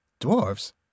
Dwarves